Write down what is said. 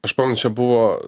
aš pamenu čia buvo